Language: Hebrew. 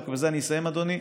ובזה אני אסיים אדוני,